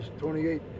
28